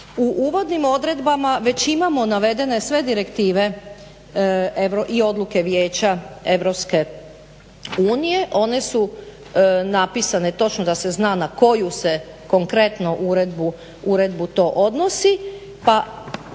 U uvodnim odredbama već imamo navedene sve direktive i odluke Vijeća EU. One su napisane točno da se zna na koju se konkretno uredbu to odnosi pa